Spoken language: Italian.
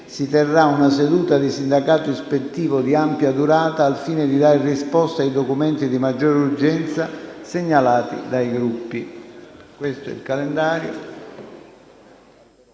si terrà una seduta di sindacato ispettivo di ampia durata al fine di dare risposta ai documenti di maggiore urgenza segnalati dai Gruppi. **Programma dei